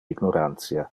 ignorantia